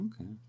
Okay